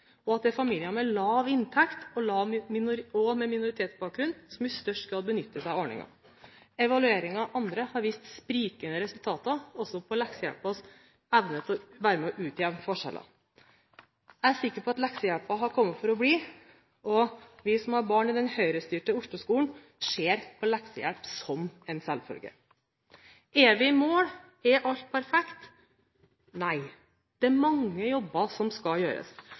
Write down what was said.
og at det er familier med lav inntekt og familier med minoritetsbakgrunn som i størst grad benytter seg av ordningen. Evalueringen av andre har vist sprikende resultater, også når det gjelder leksehjelpens evne til å være med og utjevne forskjeller. Jeg er sikker på at leksehjelpen har kommet for å bli. Vi som har barn i den Høyre-styrte Osloskolen, ser på leksehjelp som en selvfølge. Er vi i mål? Er alt perfekt? Nei, det er mange jobber som skal gjøres.